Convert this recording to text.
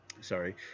sorry